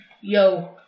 yo